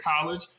college